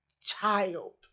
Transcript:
child